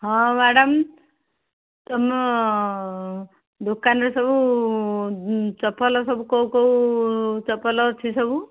ହଁ ମ୍ୟାଡମ୍ ତୁମ ଦୋକାନରେ ସବୁ ଚପଲ ସବୁ କୋଉ କୋଉ ଚପଲ ଅଛି ସବୁ